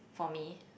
for me